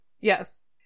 Yes